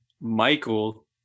Michael